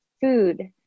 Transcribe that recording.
food